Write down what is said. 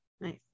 Nice